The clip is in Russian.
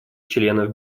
членов